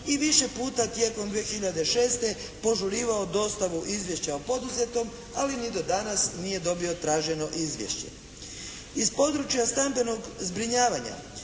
i više puta tijekom 2006. požurivao dostavu izvješća o poduzetom, ali ni do danas nije dobio traženo izvješće. Iz područja stambenog zbrinjavanja,